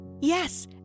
Yes